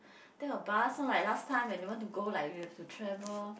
take a bus not like last time when you want to go like you have to travel